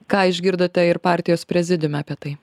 ką išgirdote ir partijos prezidiume apie tai